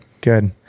Good